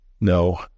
No